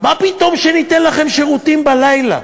מה פתאום שניתן לכם שירותים בלילה?